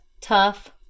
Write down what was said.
tough